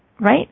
right